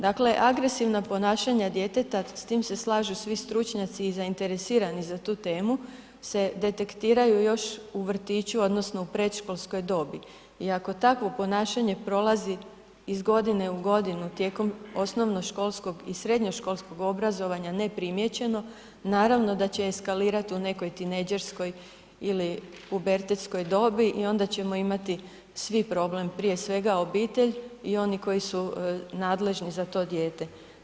Dakle, agresivna ponašanja djeteta, s time se slažu svi stručnjaci i zainteresirani za tu temu se detektiraju još u vrtiću odnosno u predškolskoj sobi i ako takvo ponašanje prolazi iz godine u godinu tijekom osnovnoškolskog i srednjoškolskog obrazovanja neprimijećeno, naravno da će eskalirati u nekoj tinejdžerskoj ili pubertetskoj dobi i onda ćemo imati svi problem, prije svega obitelj i oni koji su nadležni za to dijete.